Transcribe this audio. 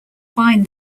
find